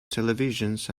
televisions